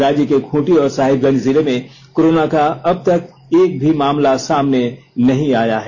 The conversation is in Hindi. राज्य के खूंटी और साहिबगंज जिले में कोरोना का अब तक एक भी मामला सामने नहीं आया है